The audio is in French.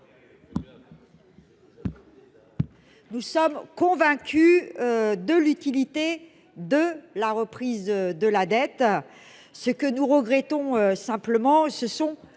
Nous sommes convaincus de l'utilité de la reprise de la dette à ce que nous regrettons simplement ce sont